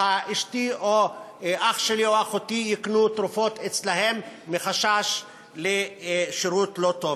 אשתי או אח שלי או אחותי יקנו תרופות אצלם מחשש לשירות לא טוב.